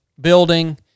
building